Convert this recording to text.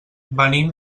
venim